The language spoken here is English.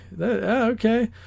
okay